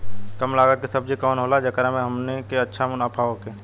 कम लागत के सब्जी कवन होला जेकरा में हमनी के अच्छा मुनाफा होखे?